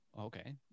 okay